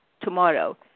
tomorrow